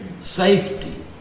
safety